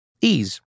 Ease